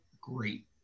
great